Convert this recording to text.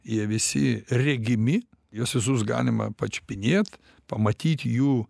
jie visi regimi juos visus galima pačiupinėt pamatyti jų